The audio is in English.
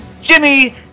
Jimmy